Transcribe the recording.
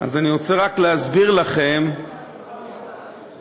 אז אני רוצה רק להסביר לכם למה צריך את החוק הזה.